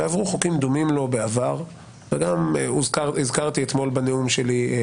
ועברו חוקים דומים לו בעבר - וגם הזכרתי אתמול בנאום שלי את